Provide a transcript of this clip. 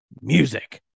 music